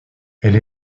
elle